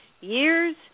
years